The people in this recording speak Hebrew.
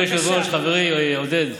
גברתי היושבת-ראש, חברים, עודד,